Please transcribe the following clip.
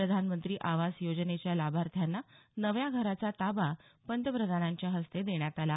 प्रधानमंत्री आवास योजनेच्या लाभार्थ्यांना नव्या घराचा ताबा पंतप्रधानांच्या हस्ते देण्यात आला